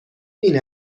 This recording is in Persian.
این